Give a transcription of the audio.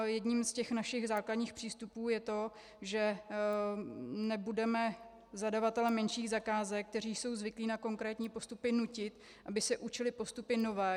Jedním z našich základních přístupů je to, že nebudeme zadavatele menších zakázek, kteří jsou zvyklí na konkrétní postupy, nutit, aby se učili postupy nové.